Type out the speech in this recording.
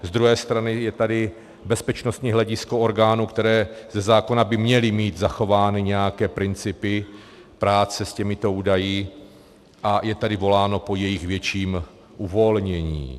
Z druhé strany je tady bezpečnostní hledisko orgánů, které by ze zákona měly mít zachovány nějaké principy práce s těmito údaji, a je tady voláno po jejich větším uvolnění.